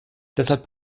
deshalb